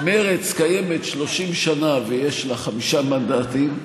שמרצ קיימת 30 שנה ויש לה חמישה מנדטים,